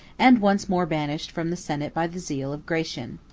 and once more banished from the senate by the zeal of gratian.